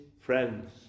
friends